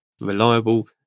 reliable